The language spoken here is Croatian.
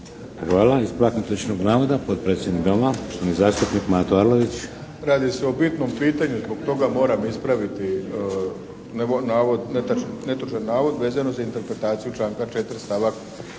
Hvala. Ispravak netočnog navoda, potpredsjednik Doma, zastupnik Mato Arlović. **Arlović, Mato (SDP)** Radi se o bitnom pitanju i zbog toga moram ispraviti navod, netočan navod vezano za interpretaciju članka 2., stavak